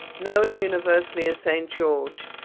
known universally as saint george,